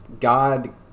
God